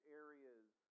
area's